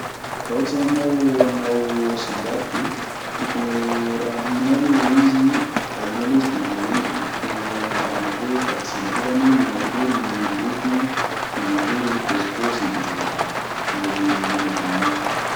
Raha ohatry zany anao hanao samboady de tokony ho rarianao aloha le izy, rarianao le izy de manome endrika de tokony ho amboarinao kokoa hoe kajianao koa zany hoe manao akory lokony de manao akory paozipaoziny de alohan'ny anaovanao anazy.